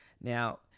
Now